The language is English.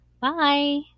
Bye